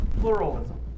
pluralism